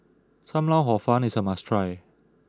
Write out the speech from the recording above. Sam Lau Hor Fun is a must try